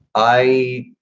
i,